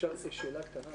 אפשר שאלה קטנה?